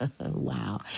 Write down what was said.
Wow